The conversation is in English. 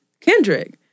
Kendrick